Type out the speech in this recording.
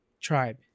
tribe